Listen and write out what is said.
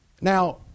Now